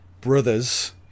brothers